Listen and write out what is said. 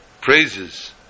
praises